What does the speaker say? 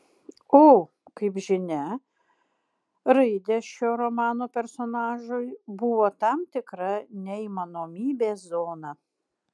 o kaip žinia raidės šio romano personažui buvo tam tikra neįmanomybės zona